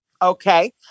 Okay